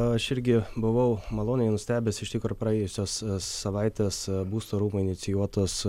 aš irgi buvau maloniai nustebęs iš tikro praėjusios savaitės būsto rūmų inicijuotos